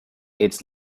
its